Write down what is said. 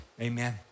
amen